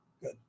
good